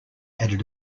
added